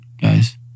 guys